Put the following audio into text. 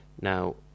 Now